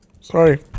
Sorry